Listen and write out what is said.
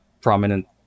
prominent